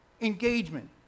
engagement